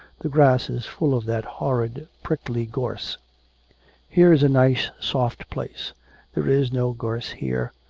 the grass is full of that horrid prickly gorse here's a nice soft place there is no gorse here.